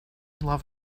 love